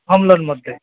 home लोन्मध्ये